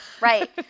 Right